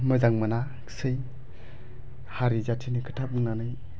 मोजां मोनाखिसै हारि जाथिनि खोथा बुंनानै